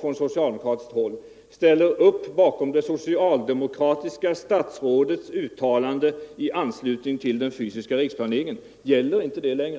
från socialdemokratiskt håll som i dag ställer upp bakom det socialdemokratiska statsrådets uttalande i anslutning till den fysiska riksplaneringen? Gäller inte det längre?